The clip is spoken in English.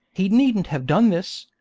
he needn't have done this,